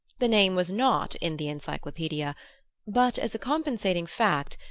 the name was not in the encyclopaedia but, as a compensating fact,